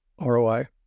ROI